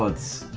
ah vs.